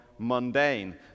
Mundane